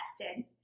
tested